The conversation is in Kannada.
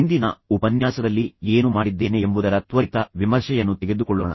ಹಿಂದಿನ ಉಪನ್ಯಾಸದಲ್ಲಿ ಏನು ಮಾಡಿದ್ದೇನೆ ಎಂಬುದರ ತ್ವರಿತ ವಿಮರ್ಶೆಯನ್ನು ತೆಗೆದುಕೊಳ್ಳೋಣ